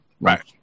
right